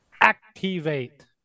Activate